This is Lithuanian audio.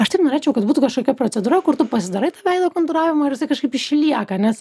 aš taip norėčiau kad būtų kažkokia procedūra kur tu pasidarai tą veido konstravimą ir jisai kažkaip išlieka nes